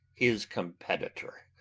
his competitor.